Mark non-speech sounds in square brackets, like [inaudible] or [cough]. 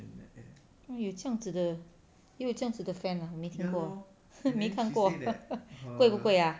哪有这样子的哪有这样子的 fan 啊没听过 [laughs] 没看过贵不贵啊